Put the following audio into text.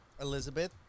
elizabeth